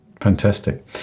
Fantastic